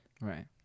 right